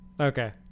Okay